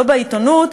לא בעיתונות,